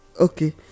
okay